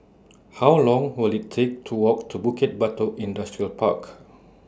How Long Will IT Take to Walk to Bukit Batok Industrial Park